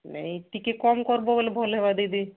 ନେଇଁ ଟିକେ କମ୍ କରବୋ ବୋଲେ ଭଲ୍ ହେବା ଦିଦି